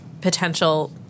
potential